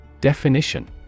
Definition